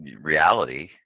reality